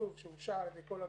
שוב, שאושר על ידי כל הגורמים,